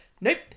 Nope